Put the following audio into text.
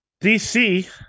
DC